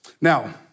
Now